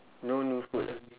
no new food ah